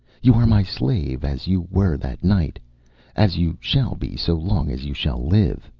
you are my slave as you were that night as you shall be so long as you shall live,